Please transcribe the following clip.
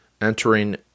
entering